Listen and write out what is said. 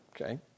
okay